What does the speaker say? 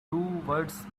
towards